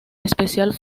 especial